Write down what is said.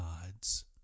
gods